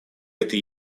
этой